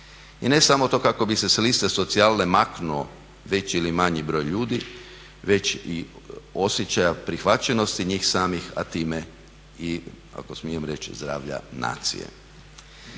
I ne samo to kako bi se sa liste socijale maknuo veći ili manji broj ljudi već i osjećaja prihvaćenosti njih samih a time i ako smijem reći zdravlja nacije.